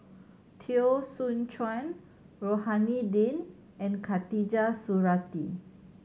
Teo Soon Chuan Rohani Din and Khatijah Surattee